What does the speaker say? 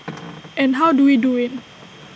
and how do we do IT